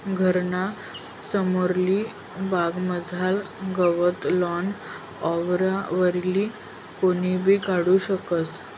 घरना समोरली बागमझारलं गवत लॉन मॉवरवरी कोणीबी काढू शकस